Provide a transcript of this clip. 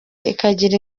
ikagira